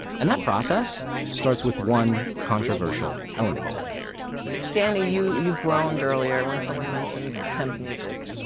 and that process starts with one controversial element danny you you groaned earlier when someone mentioned temp music,